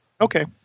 Okay